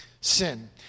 Sin